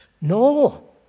No